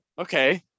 okay